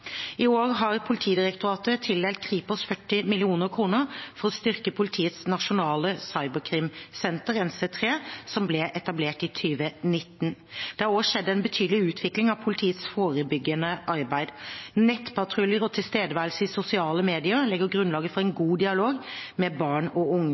I år har Politidirektoratet tildelt Kripos 40 mill. kr for å styrke politiets nasjonale cyberkrimsenter, NC3, som ble etablert i 2019. Det har også skjedd en betydelig utvikling av politiets forebyggende arbeid. Nettpatruljer og tilstedeværelse i sosiale medier legger grunnlaget for en god dialog med barn og unge.